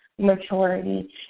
Maturity